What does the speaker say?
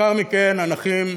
לאחר מכן הנכים,